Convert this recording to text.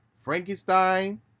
Frankenstein